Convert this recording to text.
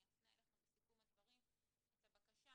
אני אפנה אליכם בסיכום הדברים את הבקשה